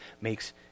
makes